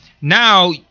now